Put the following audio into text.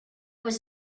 was